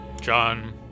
John